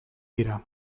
dira